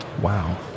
Wow